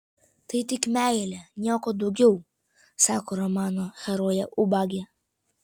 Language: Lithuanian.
tai tik meilė nieko daugiau sako romano herojė ubagė